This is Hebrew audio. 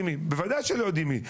בוודאי שלא יודעים מי,